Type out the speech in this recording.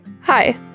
Hi